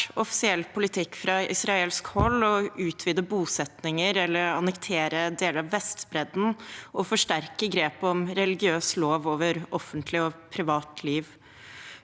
offisiell politikk fra israelsk hold å utvide bosettinger eller annektere deler av Vestbredden og forsterke grepet om religiøs lov over offentlig og privat liv.